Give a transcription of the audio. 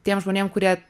tiem žmonėm kurie